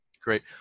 Great